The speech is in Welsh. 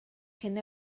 cyn